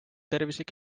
tervislik